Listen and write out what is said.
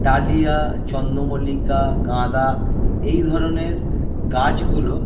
dahlia চন্দমল্লিকা গাঁদা এই ধরনের গাছগুলো